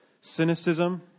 cynicism